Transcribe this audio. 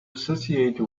associate